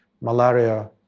malaria